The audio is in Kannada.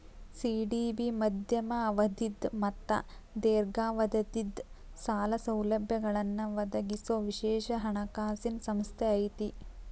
ಸಿ.ಡಿ.ಬಿ ಮಧ್ಯಮ ಅವಧಿದ್ ಮತ್ತ ದೇರ್ಘಾವಧಿದ್ ಸಾಲ ಸೌಲಭ್ಯಗಳನ್ನ ಒದಗಿಸೊ ವಿಶೇಷ ಹಣಕಾಸಿನ್ ಸಂಸ್ಥೆ ಐತಿ